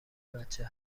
بچه